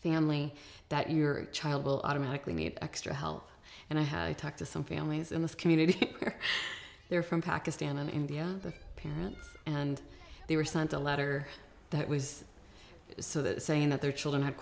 family that your child will automatically need extra help and i have talked to some families in the community where they're from pakistan and india the parents and they were sent a letter that was so that saying that their children had